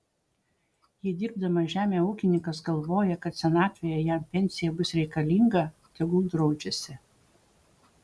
jei dirbdamas žemę ūkininkas galvoja kad senatvėje jam pensija bus reikalinga tegul draudžiasi